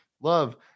love